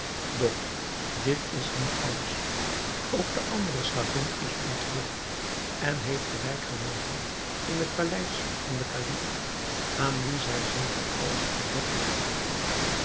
doch dit is niet alles ook de andere slavin is ontvlugt en heeft de wijk genomen in het paleis van den kalif aan wien zij zeker alles ontdekt heeft